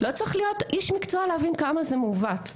לא צריך להיות איש מקצוע להבין כמה זה מעוות,